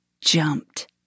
jumped